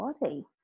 body